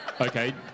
Okay